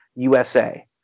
USA